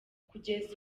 kugeza